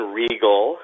regal